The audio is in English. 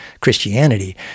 Christianity